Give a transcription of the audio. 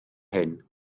hyn